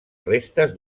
restes